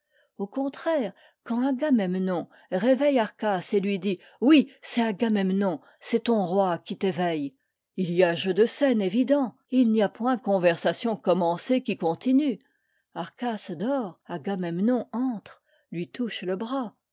au contraire quand agamemnon réveille arcas et lui dit oui c'est agamemnon c'est ton roi qui t'éveille il y a jeu de scène évident et il n'y a point conversation commencée qui continue arcas dort agamemnon entre lui touche le bras